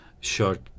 short